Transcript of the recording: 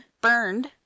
burned